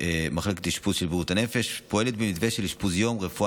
מחלקת האשפוז של בריאות הנפש,